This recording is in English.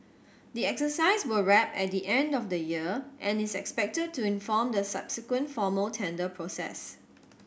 the exercise will wrap at the end of the year and is expected to inform the subsequent formal tender process